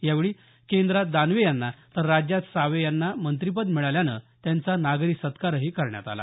यावेळी केंद्रात दानवे यांना तर राज्यात सावे यांना मंत्रीपद मिळाल्यानं त्यांचा नागरी सत्कार करण्यात आला